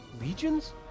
legions